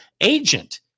agent